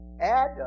Adam